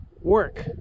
work